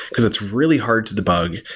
because it's really hard to debug.